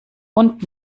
und